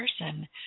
person